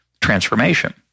transformation